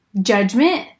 judgment